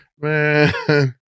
Man